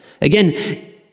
Again